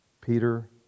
Peter